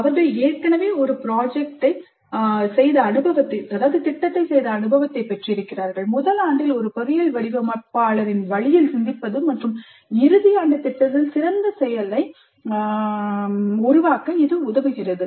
அவர்கள் ஏற்கனவே ஒரு திட்டத்தைச் செய்த அனுபவத்தைப் பெற்றிருக்கிறார்கள் முதல் ஆண்டில் ஒரு பொறியியல் வடிவமைப்பாளரின் வழியில் சிந்திப்பது மற்றும் இறுதி ஆண்டு திட்டத்தில் சிறந்த செயல்திறனை உருவாக்க இது உதவுகிறது